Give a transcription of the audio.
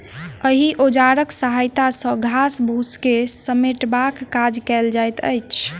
एहि औजारक सहायता सॅ घास फूस के समेटबाक काज कयल जाइत अछि